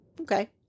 Okay